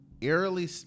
eerily